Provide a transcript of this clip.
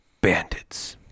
Bandits